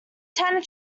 tenure